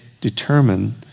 determine